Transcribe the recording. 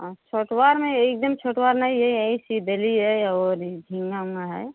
हाँ छोटवार में एक दिन छोटवार नहीं है सिदेली है झींगा उंगा है